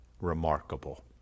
remarkable